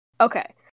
Okay